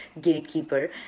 gatekeeper